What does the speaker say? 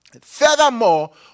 Furthermore